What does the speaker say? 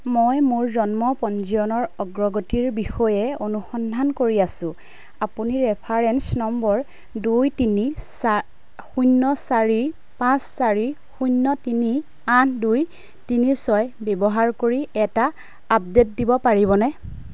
মই মোৰ জন্ম পঞ্জীয়নৰ অগ্ৰগতিৰ বিষয়ে অনুসন্ধান কৰি আছোঁ আপুনি ৰেফাৰেন্স নম্বৰ দুই তিনি চাৰি শূন্য চাৰি পাঁচ চাৰি শূন্য তিনি আঠ দুই তিনি ছয় ব্যৱহাৰ কৰি এটা আপডেট দিব পাৰিবনে